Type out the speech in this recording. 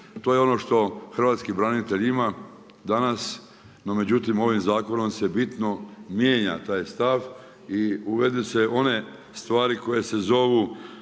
To je ono što hrvatski branitelj ima danas, no međutim ovim zakonom se bitno mijenja taj stav i uvode se one stvari koje se zovu